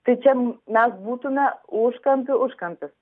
tai čia mes būtume užkampių užkampis